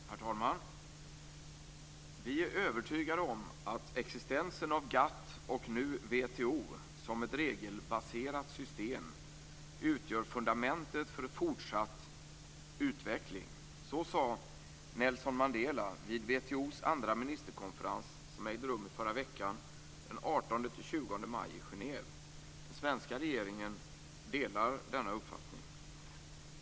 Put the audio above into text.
Herr talman! Vi är övertygade om att existensen av GATT och nu WTO som ett regelbaserat system utgör fundamentet för en fortsatt utveckling. Så sade Nelson Mandela vid WTO:s andra ministerkonferens som ägde rum i förra veckan, den 18-20 maj i Genève. Den svenska regeringen delar denna uppfattning.